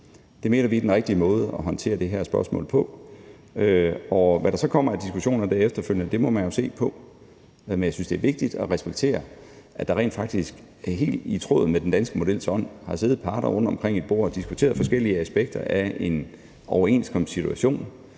Det mener vi er den rigtige måde at håndtere det her spørgsmål på – det er regeringens holdning. Hvad der så kommer af diskussioner der efterfølgende, må man jo se på. Men jeg synes, det er vigtigt at respektere, at der rent faktisk helt i tråd med den danske models ånd har siddet parter rundtomkring et bord og diskuteret forskellige aspekter af en overenskomstsituation,